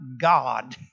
God